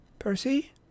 Percy